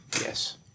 yes